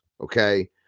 okay